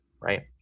right